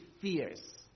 fierce